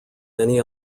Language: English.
many